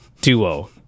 duo